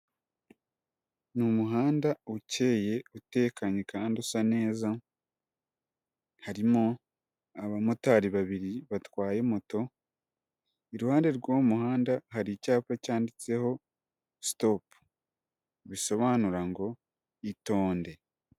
Ni umuhanda ukeye utekanye kandi usa neza, harimo abamotari babiri batwaye moto, iruhande rw'uwo muhanda hari icyapa cyanditseho sitopu, bisobanura ngo itonde.